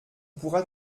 pourra